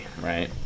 right